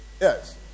yes